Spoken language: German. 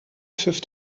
pfiff